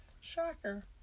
shocker